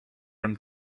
from